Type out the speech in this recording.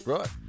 Right